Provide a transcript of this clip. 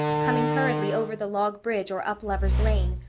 coming hurriedly over the log bridge or up lover's lane,